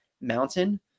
mountain